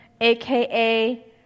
AKA